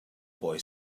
boy